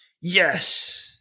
yes